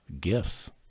gifts